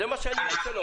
זה מה שאני רוצה לומר.